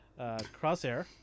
Crosshair